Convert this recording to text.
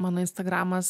mano instagramas